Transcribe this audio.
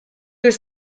was